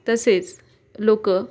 तसेच लोकं